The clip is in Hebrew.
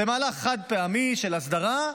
זה מהלך חד-פעמי של הסדרה,